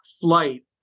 flight